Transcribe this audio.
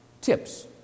Tips